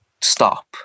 stop